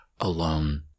alone